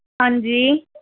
हां जी